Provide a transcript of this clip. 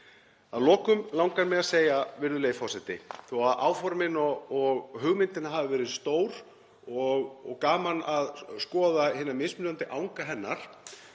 Að lokum langar mig að segja, virðulegi forseti: Þó að áformin og hugmyndin hafi verið stór og gaman að skoða hina mismunandi anga hennar